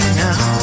now